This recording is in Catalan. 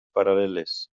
paral·leles